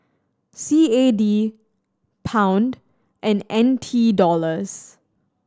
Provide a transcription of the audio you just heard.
C A D Pound and N T Dollars